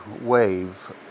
wave